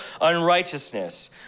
unrighteousness